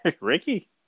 Ricky